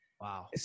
Wow